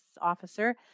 officer